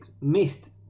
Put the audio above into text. missed